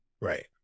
Right